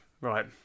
right